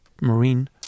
Marine